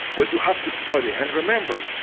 but you have to study. and remember,